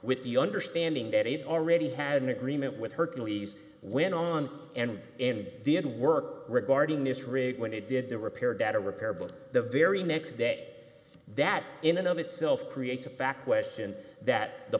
with the understanding that it already had an agreement with hercules went on and and did work regarding this rig when it did the repair data repair but the very next day that in and of itself creates a fact weston that the